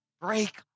Break